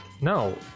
No